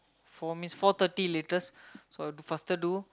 four means four thirty latest so I have to faster do